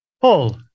Paul